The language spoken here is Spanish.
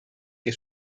que